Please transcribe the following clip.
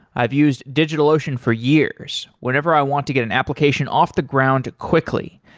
i've used digitalocean for years whenever i want to get an application off the ground quickly,